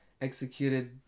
executed